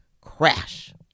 Crash